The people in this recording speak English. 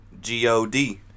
G-O-D